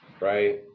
right